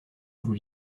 vous